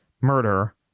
murder